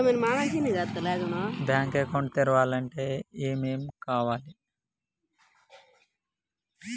Bank account తెరవాలంటే ఏమేం కావాలి?